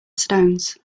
stones